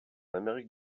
amérique